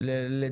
הכיוון הזה.